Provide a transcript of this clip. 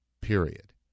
period